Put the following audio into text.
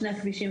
שני הכבישים,